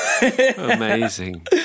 Amazing